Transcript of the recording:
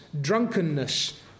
drunkenness